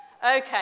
Okay